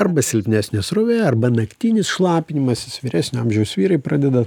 arba silpnesnė srovė arba naktinis šlapinimasis vyresnio amžiaus vyrai pradeda